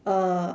uh